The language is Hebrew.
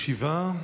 אני מחדש את הישיבה.